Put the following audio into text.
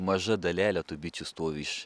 maža dalelė tų bičių stovi iš